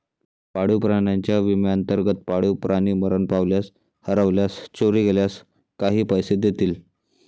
पाळीव प्राण्यांच्या विम्याअंतर्गत, पाळीव प्राणी मरण पावल्यास, हरवल्यास, चोरी गेल्यास काही पैसे देतील